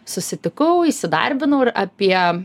susitikau įsidarbinau ir apie